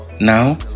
now